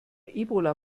ebola